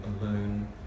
alone